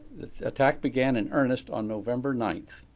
attack began in earnest on november nine,